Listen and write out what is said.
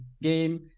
game